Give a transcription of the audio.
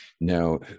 Now